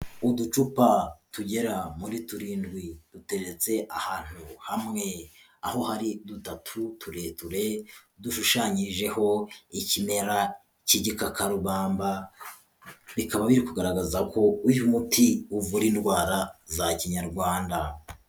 Uducupa tugera muri turindwi duteretse ahantu hamwe aho hari dutatu tureture dushushanyijeho ikimera kigikakarubamba bikaba biri kugaragaza ko uyu muti uvura indwara za kinyarwanda.